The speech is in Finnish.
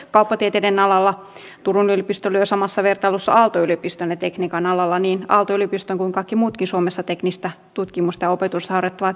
kauppatieteiden alalla turun yliopisto lyö samassa vertailussa aalto yliopiston ja tekniikan alalla niin aalto yliopiston kuin kaikki muutkin suomessa teknistä tutkimusta ja opetusta harjoittavat yliopistot